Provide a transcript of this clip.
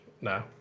No